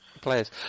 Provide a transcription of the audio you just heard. players